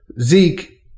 Zeke